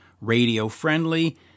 radio-friendly